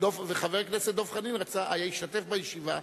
דב חנין השתתף בישיבה.